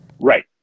Right